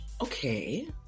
Okay